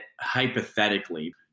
hypothetically